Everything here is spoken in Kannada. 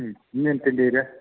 ಹ್ಞೂ ಇನ್ನೇನು ತಿಂಡಿ ಇದೆ